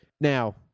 Now